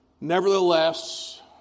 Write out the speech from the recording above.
nevertheless